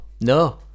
no